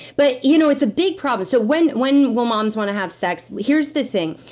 but you know it's a big problem so when when will moms want to have sex? here's the thing.